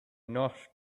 not